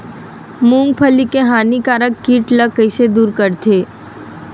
मूंगफली के हानिकारक कीट ला कइसे दूर करथे?